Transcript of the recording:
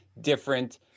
different